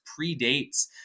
predates